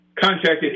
contacted